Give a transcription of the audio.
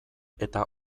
eta